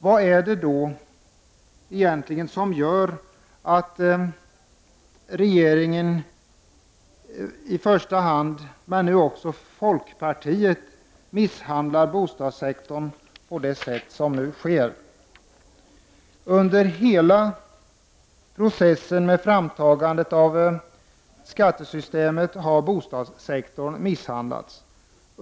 Vad är det då egentligen som gör att i första hand regeringen men nu också folkpartiet misshandlar bostadssektorn på det sätt som nu sker? Under hela processen med framtagandet av skattereformen har bostadssektorn misshandlats.